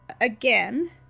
again